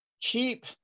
keep